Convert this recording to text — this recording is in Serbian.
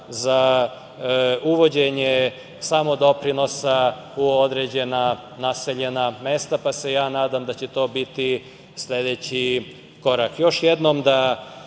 za uvođenje samodoprinosa u određena naseljena mesta. Nadam se da će to biti sledeći korak. Još